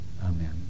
Amen